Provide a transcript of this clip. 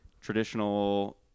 traditional